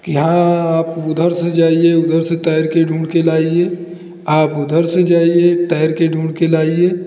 कि हाँ आप उधर से जाइए उधर से तैरकर ढूंढकर लाइए आप उधर से जाइए तैरकर ढूंढकर लाइए